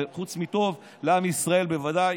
וחוץ מטוב לעם ישראל בוודאי